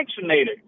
vaccinated